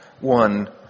one